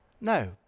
No